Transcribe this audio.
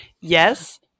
yes